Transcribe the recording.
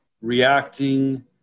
reacting